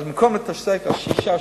אז במקום להתעסק בשישה,